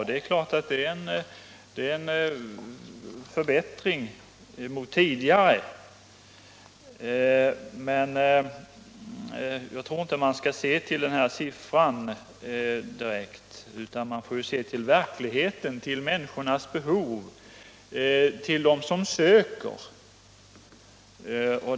Det är klart en förbättring jämfört med hur det var tidigare, men jag tror inte man skall se direkt på denna siffra, utan man får se till verkligheten, till behoven hos de människor som söker.